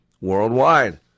Worldwide